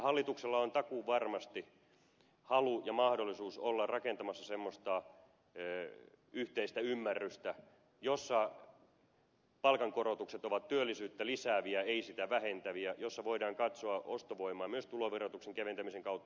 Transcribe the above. hallituksella on takuuvarmasti halu ja mahdollisuus olla rakentamassa semmoista yhteistä ymmärrystä jossa palkankorotukset ovat työllisyyttä lisääviä ei sitä vähentäviä ja jossa voidaan katsoa ostovoimaa myös tuloverotuksen keventämisen kautta